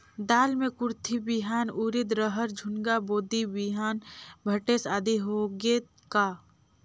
दाल मे कुरथी बिहान, उरीद, रहर, झुनगा, बोदी बिहान भटेस आदि होगे का?